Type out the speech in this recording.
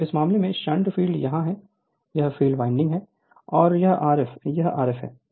तो इस मामले में शंट फ़ील्ड यहाँ है यह फ़ील्ड वाइंडिंग है और यह Rf यह Rf है